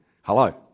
Hello